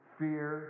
fear